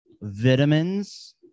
vitamins